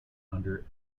under